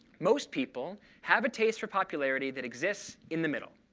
most people have a taste for popularity that exists in the middle.